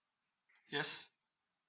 yes